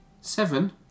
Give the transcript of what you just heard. Seven